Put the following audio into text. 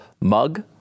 mug